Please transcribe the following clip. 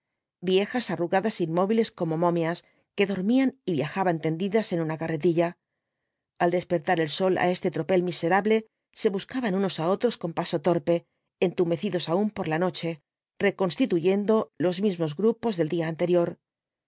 viejas arrugadas é inmóviles como momias que dormían y viajaban tendidas en una carretilla al despertar el sol á este tropel miserable se buscaban unos á otros con paso torpe entumecidos aún por la noche reconstituyendo los mismos grupos del día anterior